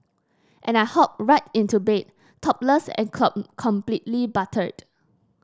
and I hop right into bed topless and completely buttered